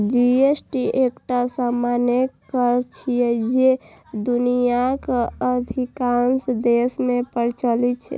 GST एकटा सामान्य कर छियै, जे दुनियाक अधिकांश देश मे प्रचलित छै